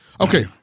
Okay